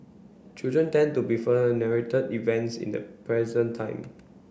children tend to refer to narrated events in the present time